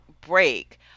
break